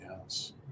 Yes